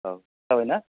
औ जाबायना